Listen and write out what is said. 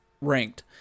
Ranked